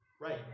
Right